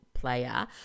player